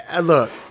look